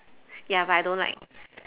ya but I don't like